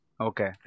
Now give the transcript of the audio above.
Okay